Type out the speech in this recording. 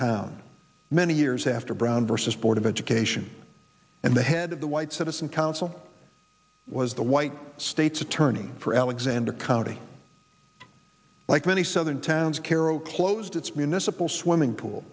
town many years after brown versus board of education and the head of the white citizens council was the white state's attorney for alexander county like many southern towns kero closed its municipal swimming pool